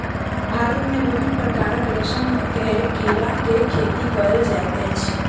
भारत मे विभिन्न प्रकारक रेशम के कीड़ा के खेती कयल जाइत अछि